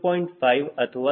5 ಅಥವಾ 0